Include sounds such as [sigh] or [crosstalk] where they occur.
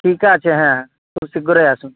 ঠিক আছে হ্যাঁ [unintelligible] শীঘ্রই আসুন